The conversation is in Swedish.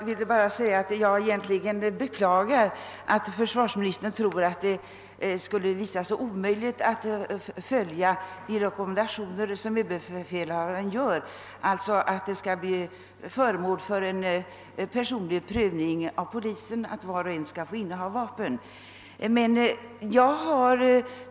Herr talman! Jag vill endast säga att jag beklagar att försvarsministern tror att det skulle visa sig omöjligt att följa de rekommendationer som ÖB ger, alltså att var och en — även medlem av frivillig försvarsorganisation — som skall få inneha automatvapen bör få sin ansökan prövad av polisen.